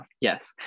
yes